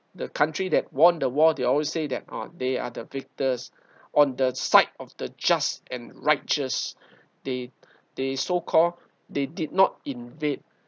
the country that won the war they always say that ah they are the victors on the side of the just and righteous they they so called they did not invade